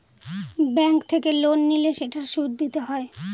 bank থেকে loan নিলে সেটার সুদ দিতে হয়